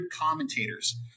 commentators